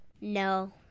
No